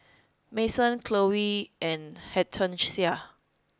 Mason Chloie and Hortencia